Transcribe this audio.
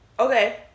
Okay